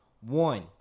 One